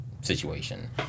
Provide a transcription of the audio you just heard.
situation